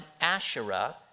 Asherah